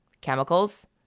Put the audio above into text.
Chemicals